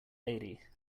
lady